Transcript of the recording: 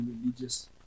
religious